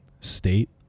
state